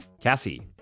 Cassie